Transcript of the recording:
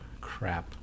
crap